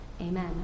Amen